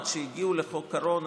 עד שהגיעו לחוק הקורונה,